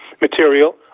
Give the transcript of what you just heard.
Material